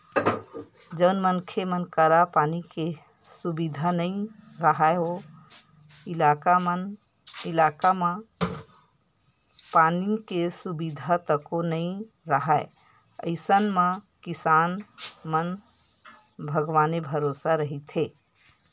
जउन मनखे मन करा पानी के सुबिधा नइ राहय ओ इलाका म पानी के सुबिधा तको नइ राहय अइसन म किसान मन भगवाने भरोसा रहिथे